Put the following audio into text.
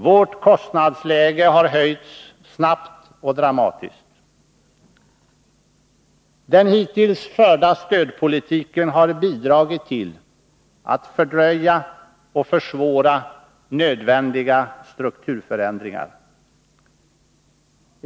Vårt kostnadsläge har höjts snabbt och dramatiskt. Den hittills förda stödpolitiken har bidragit till att fördröja och försvåra nödvändiga strukturförändringar.